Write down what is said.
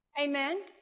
Amen